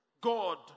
God